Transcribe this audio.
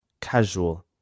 Casual